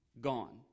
gone